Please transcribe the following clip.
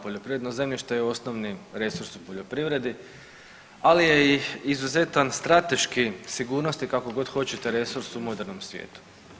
Poljoprivredno zemljište je osnovni resurs u poljoprivredi, ali je i izuzetan strateški, sigurnosni, kako god hoćete, resurs u modernom svijetu.